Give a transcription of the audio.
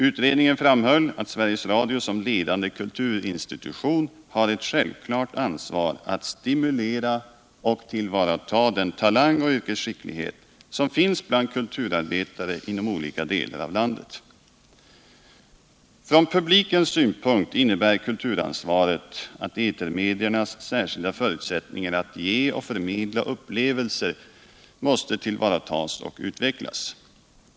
Utredningen framhöll att Sveriges Radio som ledande kulturinstitution har ett självklart ansvar att stimulera och tillvarata den talang och yrkesskicklighet som finns bland kulturarbetare inom olika delar av landet. | Från publikens synpunkt innebär kulturansvaret att etermediernas särskilda förutsättningar att ge och förmedla upplevelser måste tillvaratas och utvecklas.